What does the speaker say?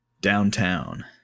Downtown